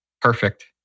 Perfect